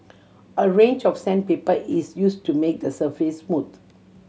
a range of sandpaper is use to make the surface smooth